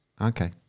Okay